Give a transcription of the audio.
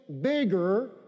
bigger